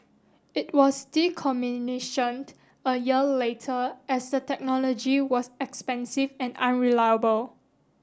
it was decommissioned a year later as the technology was expensive and unreliable